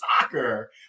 soccer